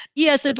yes, ah but